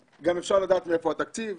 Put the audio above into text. אפשר גם לדעת מאיפה התקציב.